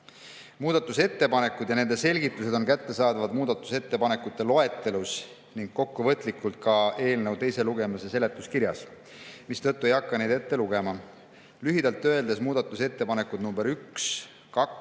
Muudatusettepanekud ja nende selgitused on kättesaadavad muudatusettepanekute loetelus ning kokkuvõtlikult ka eelnõu teise lugemise seletuskirjas, seetõttu ei hakka ma neid ette lugema. Lühidalt öeldes, muudatusettepanekud nr 1, 2,